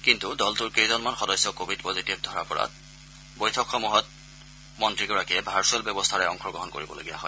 কিন্তু দলটোৰ কেইজনমান সদস্য কোৱিড পজিটিভ ধৰা পৰাত বৈঠকসমূহত মন্ত্ৰীগৰাকীয়ে ভাৰ্ছুৱেল ব্যৱস্থাৰে অংশগ্ৰহণ কৰিবলগীয়া হয়